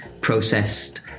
processed